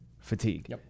Fatigue